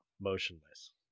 motionless